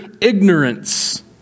ignorance